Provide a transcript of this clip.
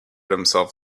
himself